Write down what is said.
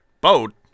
Boat